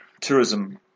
tourism